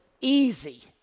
easy